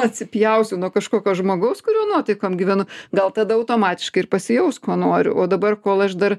atsipjausiu nuo kažkokio žmogaus kurio nuotaikom gyvenu gal tada automatiškai ir pasijaus ko noriu o dabar kol aš dar